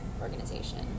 organization